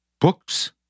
books